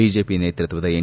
BJP ನೇತೃತ್ವದ N